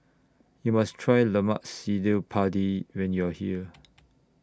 YOU must Try Lemak Cili Padi when YOU Are here